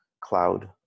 cloud